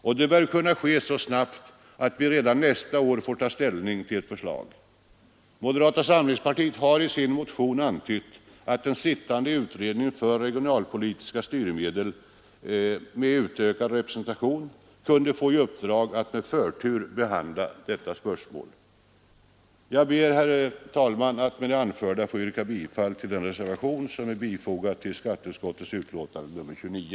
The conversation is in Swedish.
Detta bör kunna ske så snabbt att vi redan nästa år kan få ta ställning till ett förslag. Moderata samlingspartiet har i sin motion antytt att den sittande utredningen för regionalpolitiska styrmedel — med utökad representation — kunde få i uppdrag att med förtur behandla detta spörsmål. Jag ber med det anförda, herr talman, att få yrka bifall till den reservation som är fogad vid skatteutskottets betänkande nr 29.